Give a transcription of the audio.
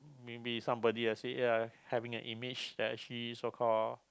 maybe somebody ya having a image that actually so call